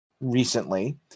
recently